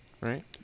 right